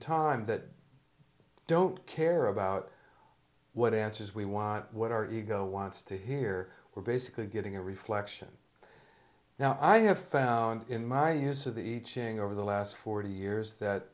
time that don't care about what answers we want what our ego wants to hear we're basically getting a reflection now i have found in my use of the iching over the last forty years that